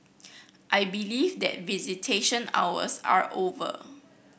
I believe that visitation hours are over